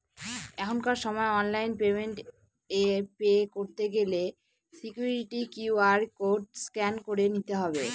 এখনকার সময় online payment এ পে করতে গেলে সিকুইরিটি কিউ.আর কোড স্ক্যান করে নিতে হবে